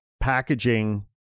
packaging